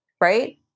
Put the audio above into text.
right